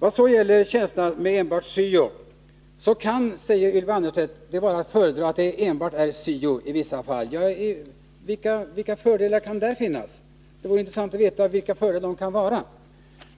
Vad sedan gäller tjänsterna med enbart syo kan det, säger Ylva Annerstedt, vara att föredra att ha enbart syo i vissa fall. Det vore intressant att veta vilka fördelar som kan finnas där.